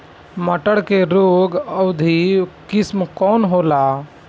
मटर के रोग अवरोधी किस्म कौन होला?